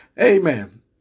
Amen